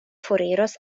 foriros